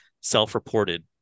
self-reported